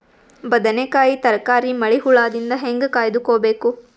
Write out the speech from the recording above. ಬದನೆಕಾಯಿ ತರಕಾರಿ ಮಳಿ ಹುಳಾದಿಂದ ಹೇಂಗ ಕಾಯ್ದುಕೊಬೇಕು?